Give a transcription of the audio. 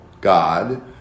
God